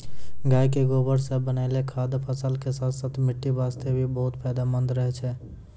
गाय के गोबर सॅ बनैलो खाद फसल के साथॅ साथॅ मिट्टी वास्तॅ भी बहुत फायदेमंद रहै छै